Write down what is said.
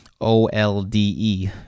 O-L-D-E